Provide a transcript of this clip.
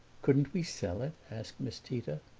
couldn't we sell it? asked miss tita.